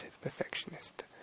perfectionist